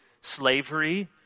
slavery